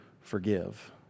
forgive